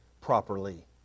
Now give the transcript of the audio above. properly